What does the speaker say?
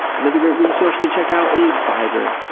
another great resource to check out is fiverr.